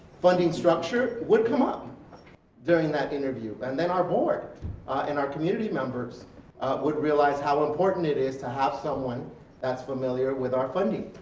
funding structure would come up during that interview and then our board and our community members would realize how important it is to have someone that's familiar with our funding,